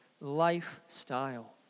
lifestyle